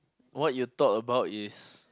what you talk about is